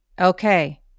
okay